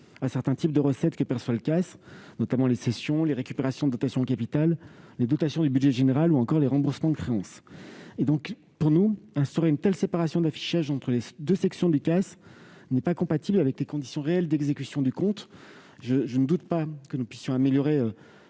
à certains types de recettes versées sur le CAS, notamment les produits de cessions, les récupérations de dotations en capital, les dotations du budget général ou encore les remboursements de créances. Instaurer une telle séparation d'affichage entre les deux sections du CAS n'est donc pas compatible avec les conditions réelles d'exécution du compte. Je ne doute pas que nous puissions améliorer,